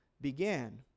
began